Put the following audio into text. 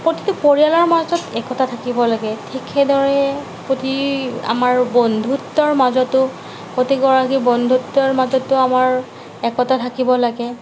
প্ৰত্যেক পৰিয়ালৰ মাজত একতা থাকিব লাগে ঠিক সেইদৰে প্ৰতি আমাৰ বন্ধুত্ৱৰ মাজতো প্ৰতিগৰাকী বন্ধুত্ৱৰ মাজতো আমাৰ একতা থাকিব লাগে